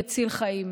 מציל חיים.